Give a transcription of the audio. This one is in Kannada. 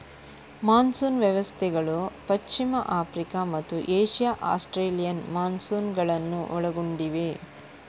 ಮಾನ್ಸೂನ್ ವ್ಯವಸ್ಥೆಗಳು ಪಶ್ಚಿಮ ಆಫ್ರಿಕಾ ಮತ್ತು ಏಷ್ಯಾ ಆಸ್ಟ್ರೇಲಿಯನ್ ಮಾನ್ಸೂನುಗಳನ್ನು ಒಳಗೊಂಡಿವೆ